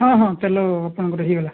ହଁ ହଁ ତେଲ ଆପଣଙ୍କର ହେଇଗଲା